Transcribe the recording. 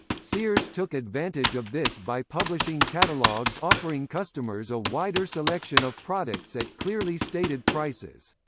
sears took advantage of this by publishing catalogs offering customers a wider selection of products at clearly stated prices.